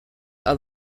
are